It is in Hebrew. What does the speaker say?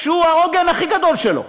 שהוא העוגן הכי גדול שלו.